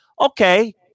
Okay